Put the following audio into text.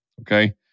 Okay